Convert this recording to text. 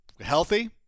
healthy